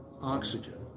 oxygen